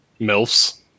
Milf's